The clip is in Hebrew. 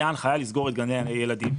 הייתה הנחיה לסגור את גני הילדים.